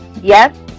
Yes